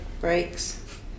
breaks